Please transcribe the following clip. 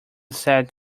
sad